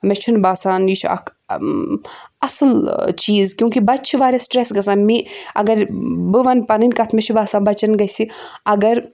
مےٚ چھُنہٕ باسان یہِ چھُ اکھ اصٕل ٲں چیٖز کیٛونٛکہِ بَچہِ چھِ واریاہ سِٹرٛیٚس گژھان مے اگر بہٕ وَنہٕ پَنٕنۍ کَتھ مےٚ چھُ باسان بَچیٚن گژھہِ اگر